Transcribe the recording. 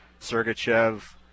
Sergachev